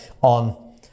on